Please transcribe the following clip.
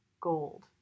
gold